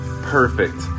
perfect